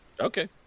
Okay